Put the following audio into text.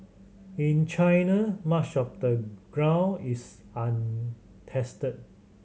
in China much of the ground is untested